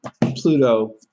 Pluto